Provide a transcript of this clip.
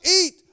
eat